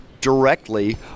directly